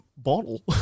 Bottle